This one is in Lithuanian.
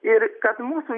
ir kad mūsų